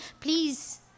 Please